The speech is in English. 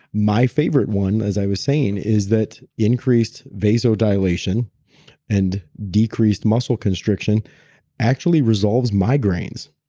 my favorite one as i was saying is that, increased vessel dilation and decreased muscle constriction actually resolves migraines.